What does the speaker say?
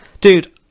dude